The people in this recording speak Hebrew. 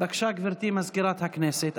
בבקשה, גברתי מזכירת הכנסת.